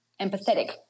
empathetic